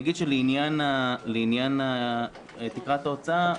לעניין תקרת ההוצאה,